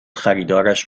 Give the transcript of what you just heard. خریدارش